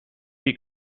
die